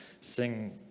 sing